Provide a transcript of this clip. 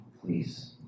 please